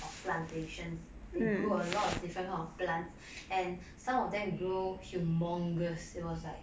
of plantations they grew a lot of different kind of plants and some of them grew humongous it was like